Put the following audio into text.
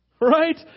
right